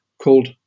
called